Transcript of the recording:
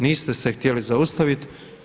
Niste se htjeli zaustaviti.